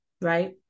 right